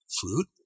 fruit